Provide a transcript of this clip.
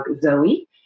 Zoe